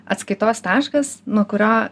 atskaitos taškas nuo kurio